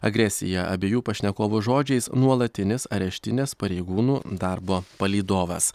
agresija abiejų pašnekovo žodžiais nuolatinis areštinės pareigūnų darbo palydovas